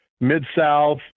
Mid-South